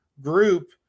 group